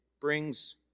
brings